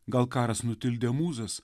gal karas nutildė mūzas